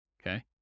Okay